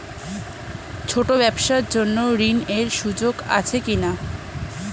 ছোট ব্যবসার জন্য ঋণ এর কোন সুযোগ আছে কি না?